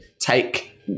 take